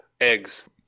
Eggs